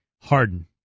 Harden